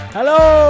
Hello